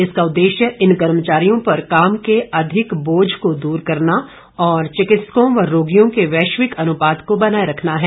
इसका उद्देश्य् इन कर्मचारियों पर काम के अधिक बोझ को दूर करना और चिकित्सकों व रोगियों के वैश्विक अनुपात को बनाए रखना है